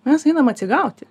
mes ainam atsigauti